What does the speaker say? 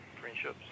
Friendships